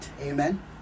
Amen